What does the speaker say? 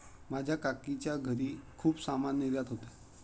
माझ्या काकीच्या घरी खूप सामान निर्यात होते